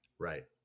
Right